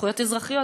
זכויות אזרחיות,